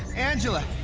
angela!